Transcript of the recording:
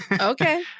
Okay